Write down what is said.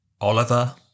Oliver